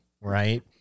right